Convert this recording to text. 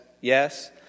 yes